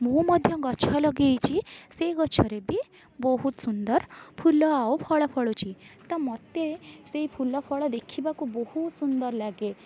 ମୁଁ ମଧ୍ୟ ଗଛ ଲଗାଇଛି ସେଇ ଗଛରେ ବି ବହୁତ ସୁନ୍ଦର ଫୁଲ ଆଉ ଫଳ ଫଳୁଛି ତ ମୋତେ ସେ ଫୁଲ ଫଳ ଦେଖିବାକୁ ବହୁତ ସୁନ୍ଦର ଲାଗେ